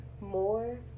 more